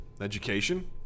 Education